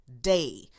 day